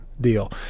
deal